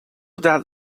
that